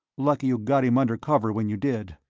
lucky you got him under cover when you did.